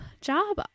job